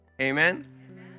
Amen